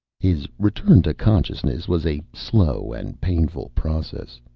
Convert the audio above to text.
his return to consciousness was a slow and painful process.